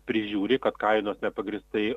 prižiūri kad kainos nepagrįstai